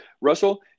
Russell